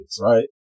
right